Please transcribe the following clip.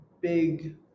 big